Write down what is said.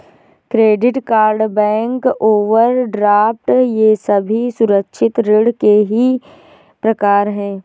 credit card bank overdraft ये सभी असुरक्षित ऋण के ही प्रकार है